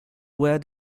were